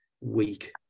week